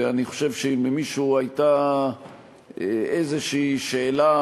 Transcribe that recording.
ואני חושב שאם למישהו הייתה איזו שאלה